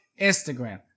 Instagram